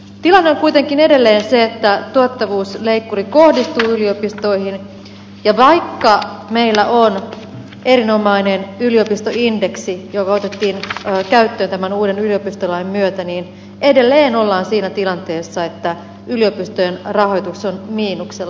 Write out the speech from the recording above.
tilanne on kuitenkin edelleen se että tuottavuusleikkuri kohdistuu yliopistoihin ja vaikka meillä on erinomainen yliopistoindeksi joka otettiin käyttöön tämän uuden yliopistolain myötä edelleen ollaan siinä tilanteessa että yliopistojen rahoitus on miinuksella